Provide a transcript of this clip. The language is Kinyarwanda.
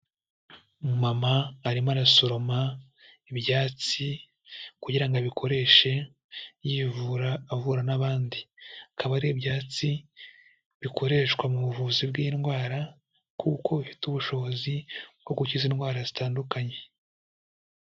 Umumama arimo arasoroma ibyatsi, kugirango abikoreshe yivura avura n'abandi akaba ari ibyatsi bikoreshwa mu buvuzi bw'indwara kuko bifite ubushobozi bwo gukiza indwara zitandukanye.